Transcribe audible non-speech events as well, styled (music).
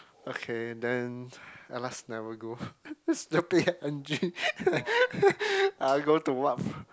okay then at last never go (laughs) (laughs) uh go to what